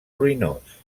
ruïnós